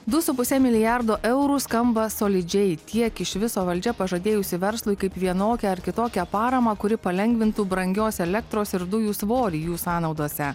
du su puse milijardo eurų skamba solidžiai tiek iš viso valdžia pažadėjusi verslui kaip vienokią ar kitokią paramą kuri palengvintų brangios elektros ir dujų svorį jų sąnaudose